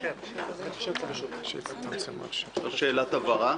אפשר שאלת הבהרה?